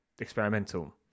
experimental